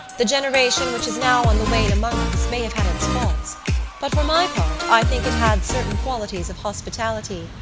the generation which is now on the wane among us may have had its faults but for my part i think it had certain qualities of hospitality,